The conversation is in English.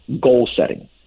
goal-setting